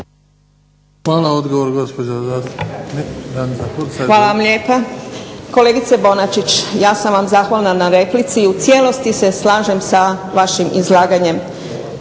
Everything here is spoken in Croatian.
Hursa. Izvolite. **Hursa, Danica (HNS)** Hvala vam lijepa. Kolegice Bonačić, ja sam vam zahvalna na replici i u cijelosti se slažem sa vašim izlaganjem.